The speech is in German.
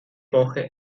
woche